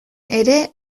ere